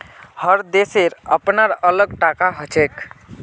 हर देशेर अपनार अलग टाका हछेक